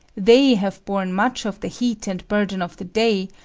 they have borne much of the heat and burden of the day,